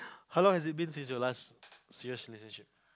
how long has it been since your last serious relationship